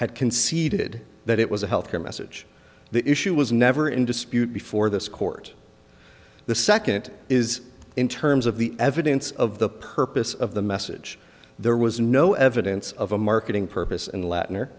had conceded that it was a health care message the issue was never in dispute before this court the second is in terms of the evidence of the purpose of the message there was no evidence of a marketing purpose and latin or her